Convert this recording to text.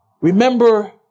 Remember